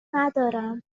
ندارم